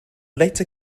letter